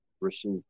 receive